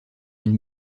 une